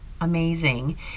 amazing